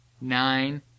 nine